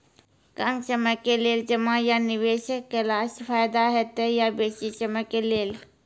कम समय के लेल जमा या निवेश केलासॅ फायदा हेते या बेसी समय के लेल?